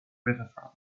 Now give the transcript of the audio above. riverfront